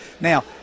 Now